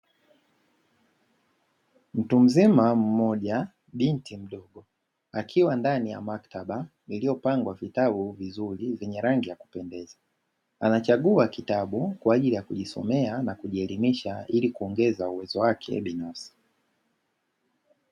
Mtu mzima mmoja binti mdogo, akiwa ndani ya maktaba iliyopangwa vitabu vizuri vyenye rangi ya kupendeza. Anachagua kitabu kwa ajili ya kujisomea na kujielimisha ili kuongeza uwezo wake binafsi.